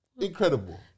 incredible